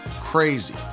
crazy